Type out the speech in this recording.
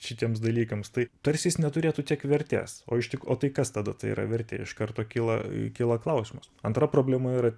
šitiems dalykams tai tarsi jis neturėtų tiek vertės o ištik o tai kas tada tai yra vertė iš karto kyla kyla klausimas antra problema yra